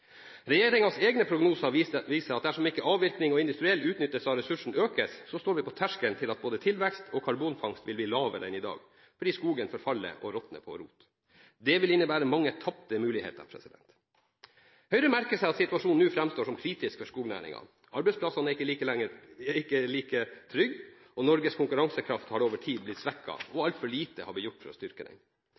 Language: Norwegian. egne prognoser viser at dersom avvirkning og industriell utnyttelse av ressursen ikke økes, står vi på terskelen til at både tilvekst og karbonfangst vil bli lavere enn i dag, fordi skogen forfaller og råtner på rot. Det vil innebære mange tapte muligheter. Høyre merker seg at situasjonen nå framstår som kritisk for skognæringen. Arbeidsplassene er ikke lenger like trygge. Norges konkurransekraft har over tid blitt svekket, og altfor lite har blitt gjort for å styrke den.